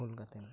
ᱠᱷᱳᱞ ᱠᱟᱛᱮ